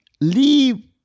leave